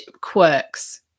quirks